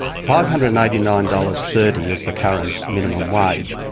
five hundred and eighty nine dollars. thirty is the current minimum wage.